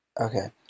Okay